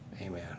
amen